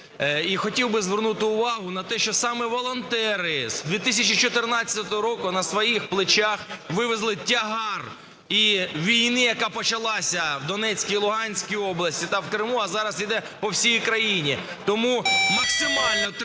І хотів би звернути увагу на те, що саме волонтери з 2014 року на своїх плечах вивезли тягар і війни, яка почалася в Донецькій і Луганській областях та в Криму, а зараз йде по всій Україні. Тому максимально треба